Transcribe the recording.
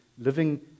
living